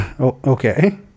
Okay